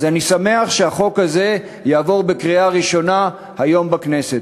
אז אני שמח שהחוק הזה יעבור בקריאה ראשונה היום בכנסת.